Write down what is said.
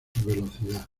velocidad